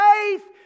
faith